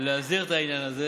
להסדיר את העניין הזה